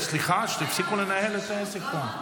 תפסיקו לנהל את העסק כאן.